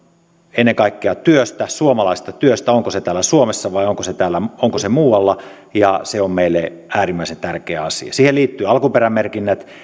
ennen kaikkea työstä suomalaisesta työstä onko se täällä suomessa vai onko se muualla se on meille äärimmäisen tärkeä asia siihen liittyvät alkuperämerkinnät